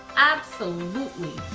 absolutely.